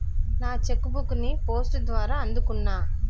నా cheque book ని post ద్వారా అందుకున్నా